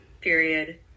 period